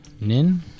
Nin